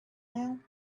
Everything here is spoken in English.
now